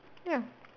ya